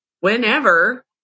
whenever